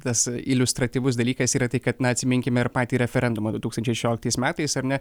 tas iliustratyvus dalykas yra tai kad na atsiminkime ir patį referendumą du tūkstančiai šešioliktais metais ar ne